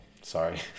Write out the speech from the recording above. sorry